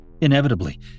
inevitably